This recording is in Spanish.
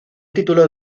título